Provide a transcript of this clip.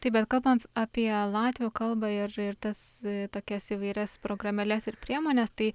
taip bet kalbant apie latvių kalbą ir ir tas tokias įvairias programėles ir priemones tai